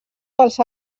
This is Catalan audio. pels